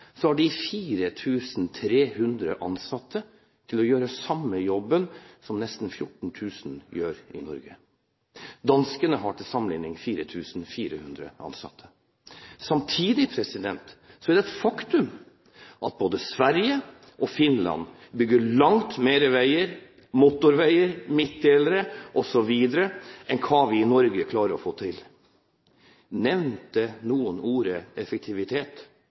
så mange innbyggere og langt mer veier og areal, har 13 200 ansatte. Ser vi til Finland, har de 4 300 ansatte til å gjøre samme jobben som nesten 14 000 gjør i Norge. Danskene har til sammenlikning 4 400 ansatte. Samtidig er det et faktum at både Sverige og Finland bygger langt flere veier, motorveier, midtdelere osv. enn det vi klarer å få